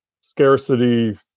scarcity